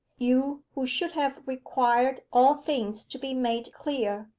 you, who should have required all things to be made clear,